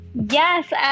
Yes